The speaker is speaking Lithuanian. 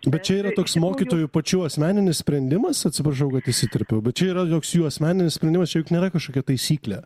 bet čia yra toks mokytojų pačių asmeninis sprendimas atsiprašau kad įsiterpiau bet čia yra joks jų asmeninis sprendimas čia juk nėra kažkokia taisyklė